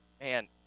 man